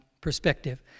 perspective